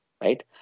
right